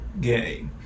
gay